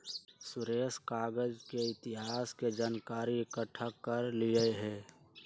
सुरेश कागज के इतिहास के जनकारी एकट्ठा कर रहलई ह